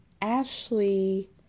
Ashley